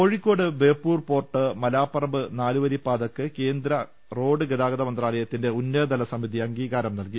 Kozhikode Beypore port Malaparamba നാലുവരിപ്പാതക്ക് കേന്ദ്ര road ഗതാഗത മന്ത്രാലയത്തിൻെറ ഉന്നതതലസമിതി അംഗീകാരം നൽകി